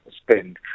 spend